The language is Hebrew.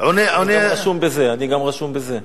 אני גם רשום בזה.